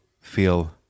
feel